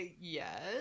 yes